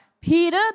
Peter